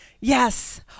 Yes